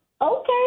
okay